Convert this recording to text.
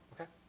Okay